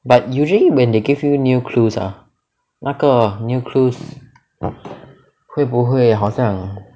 but usually when they give you new clues ah 那个 new clues 会不会好像